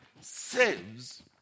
saves